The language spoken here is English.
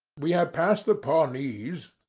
we have passed the pawnees,